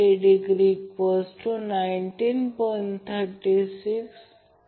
तर त्या बाबतीत लाईन व्होल्टेज आणि फेज व्होल्टेज समान राहते